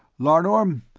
larnorm,